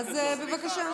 אז בבקשה.